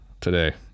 today